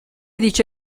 dice